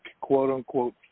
quote-unquote